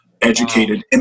educated